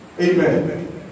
Amen